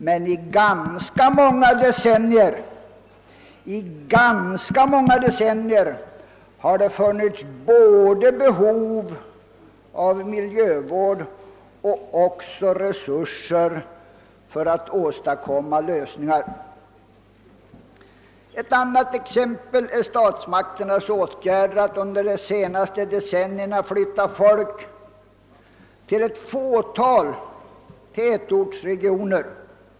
Men under ganska många decennier har det funnits både behov av miljövård och även resurser för att åstadkomma lösningar. Ett annat exempel är statsmakternas åtgärder att under de senaste decennierna flytta folk till ett fåtal tätortsregioner.